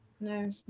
No